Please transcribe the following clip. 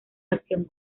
acción